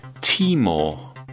Timor